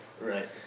Right